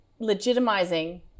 legitimizing